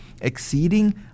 exceeding